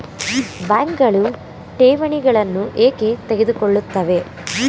ಬ್ಯಾಂಕುಗಳು ಠೇವಣಿಗಳನ್ನು ಏಕೆ ತೆಗೆದುಕೊಳ್ಳುತ್ತವೆ?